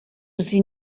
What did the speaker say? sie